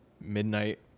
midnight